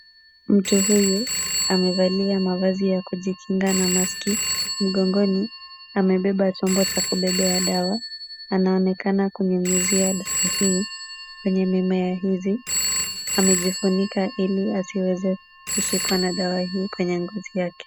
Mtu huyu amevalia mavazi ya kujikinga na maski , mgongoni amebeba chombo cha kubebea dawa. Anaonekana kunyunyuzia dawa hii kwenye mimea hizi, amejifunika ili asiweze kushikwa na dawa hii kwenye ngozi yake.